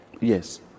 Yes